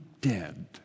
dead